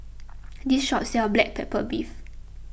this shop sells Black Pepper Beef